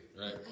right